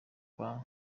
kwa